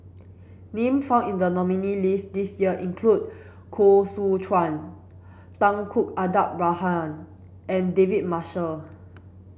name found in the nominees' list this year include Koh Seow Chuan Tunku Abdul Rahman and David Marshall